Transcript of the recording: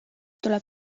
tuleb